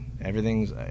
everything's